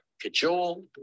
cajole